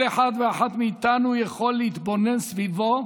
כל אחד ואחת מאיתנו יכול להתבונן סביבו,